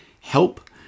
help